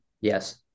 Yes